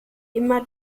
immer